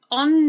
on